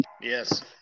Yes